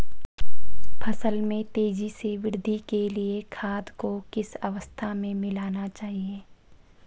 फसल में तेज़ी से वृद्धि के लिए खाद को किस अवस्था में मिलाना चाहिए?